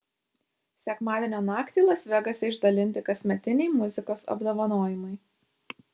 sekmadienio naktį las vegase išdalinti kasmetiniai muzikos apdovanojimai